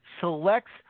selects